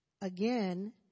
again